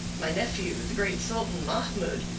my nephew, the great sultan mahmoud,